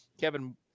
Kevin